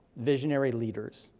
visionary leaders,